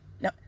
no